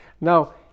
Now